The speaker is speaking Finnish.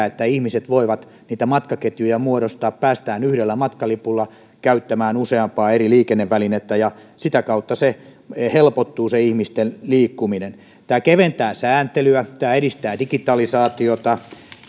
että ihmiset voivat niitä matkaketjuja muodostaa päästään yhdellä matkalipulla käyttämään useampaa eri liikennevälinettä ja sitä kautta helpottuu se ihmisten liikkuminen tämä keventää sääntelyä tämä edistää digitalisaatiota